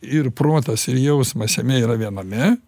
ir protas ir jausmas jame yra viename